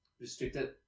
restricted